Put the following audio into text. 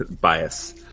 Bias